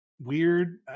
weird